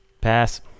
pass